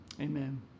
Amen